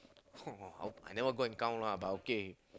!wah! I never go and count lah but okay